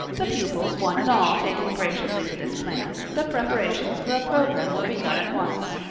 the pupils one and all taking graciously to this plan, the preparations for a program were begun at once.